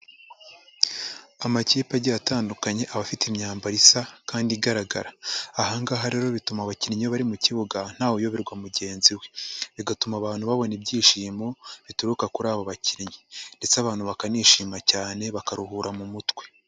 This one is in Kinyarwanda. Amakipe agiye atandukanye, aba afite imyambaro isa kandi igaragara. Aha ngaha rero bituma abakinnyi iyo bari mu kibuga ntawe uyoberwa mugenzi we. Bigatuma abantu babona ibyishimo, bituruka kuri abo bakinnyi ndetse abantu bakanishima cyane bakaruhura mu mutwe.